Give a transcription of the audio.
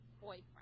boyfriend